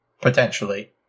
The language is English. potentially